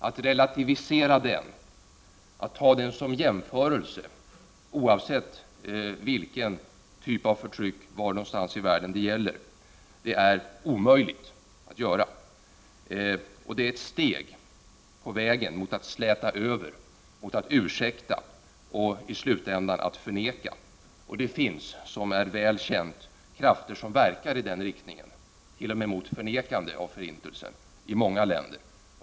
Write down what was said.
Att relativisera den, att ta den som jämförelse, oavsett vilken typ av förtryck var någonstans i världen det gäller är omöjligt att göra. Det är ett steg på vägen mot att släta över, mot att ursäkta och i slutändan att förneka. Det finns, som är väl känt, krafter som verkar i den riktningen — i många länder t.o.m. mot förnekande av förintelsen.